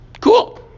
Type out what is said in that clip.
Cool